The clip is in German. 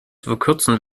verkürzen